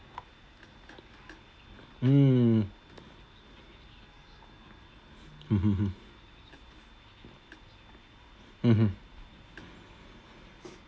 mm hmm hmm mmhmm